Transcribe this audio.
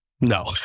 No